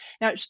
Now